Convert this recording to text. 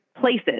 places